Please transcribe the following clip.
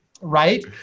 Right